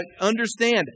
understand